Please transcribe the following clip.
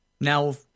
Now